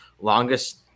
longest